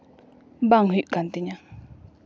ᱵᱟᱝ ᱦᱩᱭᱩᱜ ᱠᱟᱱ ᱛᱤᱧᱟᱹ